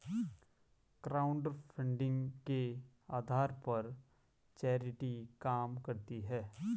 crowdfunding के आधार पर चैरिटी काम करती है